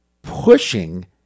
pushing